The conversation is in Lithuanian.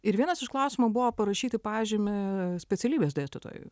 ir vienas iš klausimų buvo parašyti pažymį specialybės dėstytojui